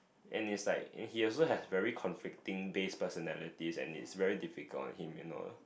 and it's like he also have very conflicting base personalities and it's very difficult for him you know lah